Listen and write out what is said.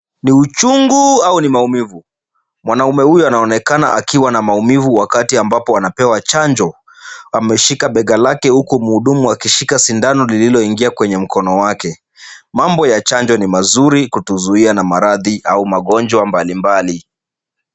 Ni uchungu au ni maumivu? Mwanaume huyu anaonekana akiwa na maumivu wakati ambao anapewa chanjo. Ameshika bega lake huku mhudumu akishika sindano lililoingia kwenye mkono wake. Mambo ya chanjo ni mazuri kutuzuia na maradhi au magonjwa mbali9mbali.